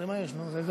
זה מה יש, לצערי.